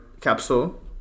capsule